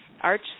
ARCH